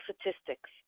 statistics